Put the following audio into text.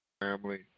family